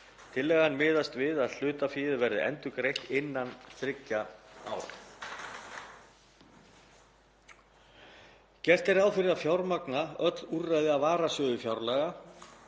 Tillagan miðast við að hlutaféð verði endurgreitt innan þriggja ára. Gert er ráð fyrir að fjármagna öll úrræðin af varasjóði fjárlaga